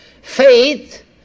faith